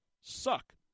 suck